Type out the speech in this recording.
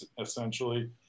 essentially